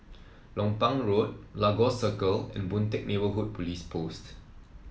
Lompang Road Lagos Circle and Boon Teck Neighbourhood Police Post